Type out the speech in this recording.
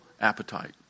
appetite